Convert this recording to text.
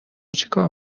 چیکار